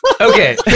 Okay